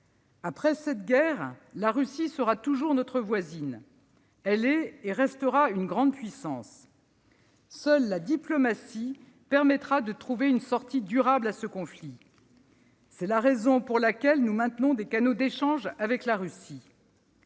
Après cette guerre, la Russie sera toujours notre voisine. Elle est et restera une grande puissance. Seule la diplomatie permettra de trouver une sortie durable à ce conflit. C'est la raison pour laquelle nous maintenons des canaux d'échange avec la Russie.